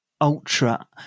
ultra